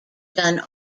done